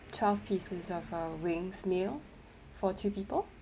twelve pieces of uh wings meal for two people